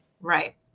right